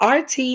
RT